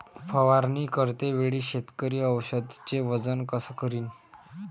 फवारणी करते वेळी शेतकरी औषधचे वजन कस करीन?